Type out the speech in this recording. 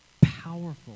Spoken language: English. powerful